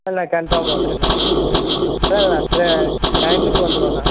இல்லை கன்ஃபார்மாக வந்தர்றேண்ணா டைமுக்கு வந்துருவண்ணா